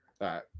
right